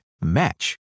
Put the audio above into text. match